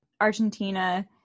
Argentina